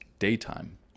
daytime